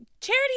Charity